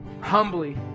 humbly